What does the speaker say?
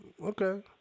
Okay